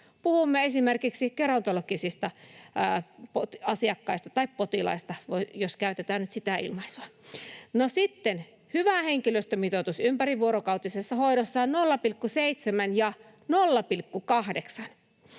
Puhumme esimerkiksi gerontologisista asiakkaista tai potilaista, jos käytetään nyt sitä ilmaisua. No, sitten: Hyvä henkilöstömitoitus ympärivuorokautisessa hoidossa on 0,7 ja 0,8,